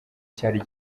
cyari